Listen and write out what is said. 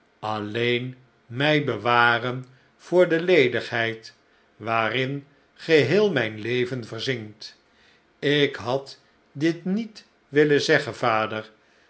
alleen mij bewaren voor de ledigheid waarin geheel mijn leven verzinkt ik had dit niet willen zeggen vader